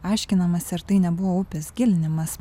aiškinamasi ar tai nebuvo upės gilinimas